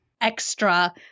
extra